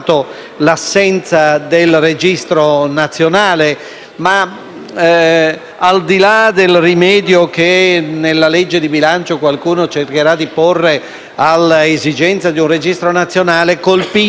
al di là del rimedio che nella legge di bilancio qualcuno cercherà di porre all'esigenza di un registro nazionale, colpisce l'idea di un atto banale.